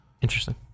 Interesting